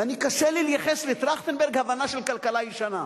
וקשה לי לייחס לטרכטנברג הבנה של כלכלה ישנה.